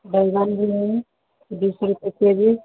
बैगन भी है बीस रुपये के जी